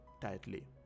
tightly